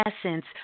essence